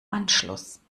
anschluss